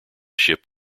ship